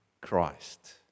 Christ